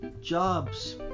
jobs